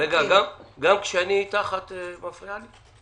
רגע, גם כשאני איתך את מפריעה לי?